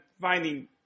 finding